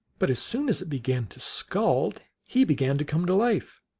but as soon as it began to scald he began to come to life.